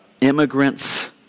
immigrants